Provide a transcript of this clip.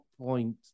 point